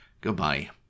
goodbye